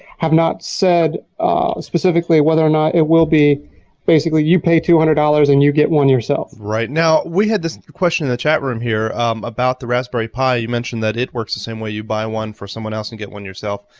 have not said specifically whether or not it will be basically you pay two hundred dollars and you get one yourself. mike now we had this question in the chat room here about the raspberry pi. you mentioned that it works the same way, you buy one for someone else and you get one yourself.